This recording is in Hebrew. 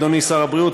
אדוני שר הבריאות,